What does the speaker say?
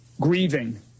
grieving